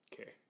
Okay